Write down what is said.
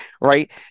right